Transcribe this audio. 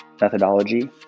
methodology